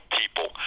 people